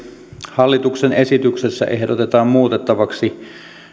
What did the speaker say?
hallituksen esityksessä ehdotetaan muutettavaksi